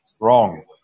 wrong